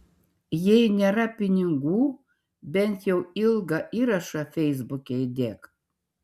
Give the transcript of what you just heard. jei nėra pinigų bent jau ilgą įrašą feisbuke įdėk